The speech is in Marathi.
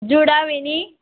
जुडा वेणी